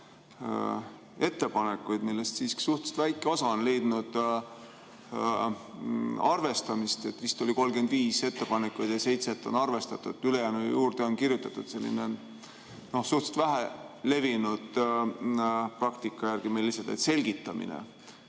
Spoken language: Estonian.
ettepanekuid, millest siiski suhteliselt väike osa on leidnud arvestamist. Vist oli 35 ettepanekut ja seitset on arvestatud, ülejäänu juurde on kirjutatud suhteliselt vähe levinud praktika järgi lihtsalt, et selgitame.